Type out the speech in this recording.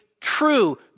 true